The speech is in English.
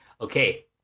okay